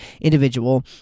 individual